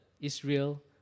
Israel